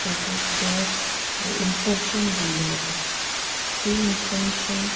ताचेर दर इन्फोमेशन दिल्ली वता ती इन्फोमेशन